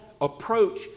approach